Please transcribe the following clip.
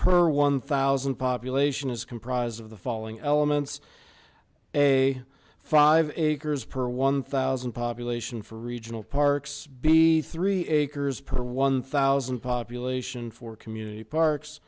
per one thousand population is comprised of the following elements a five acres per one thousand population for regional parks be three acres per one thousand population for community parks